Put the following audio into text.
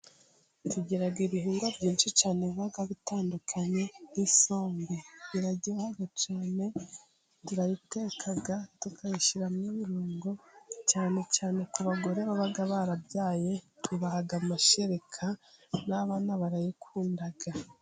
Tugira ibihingwa byinshi cyane biba bitandukanye nk'isombe. Iraryoha cyane turayiteka tukayishyiramo ibirungo cyane cyane ku bagore baba barabyaye ibaha amashereka n'abana barayikunda.